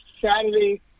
Saturday